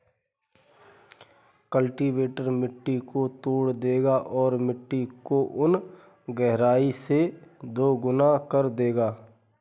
cultivator मिट्टी को तोड़ देगा और मिट्टी को उन गहराई से दोगुना कर देगा